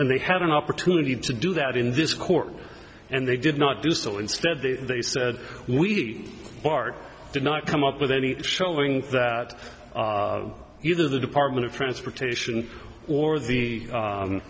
and they have an opportunity to do that in this court and they did not do so instead they they said we part did not come up with any showing that either the department of transportation or